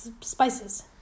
Spices